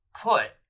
put